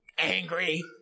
angry